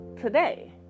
today